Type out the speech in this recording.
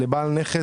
לבעל נכס,